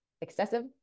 excessive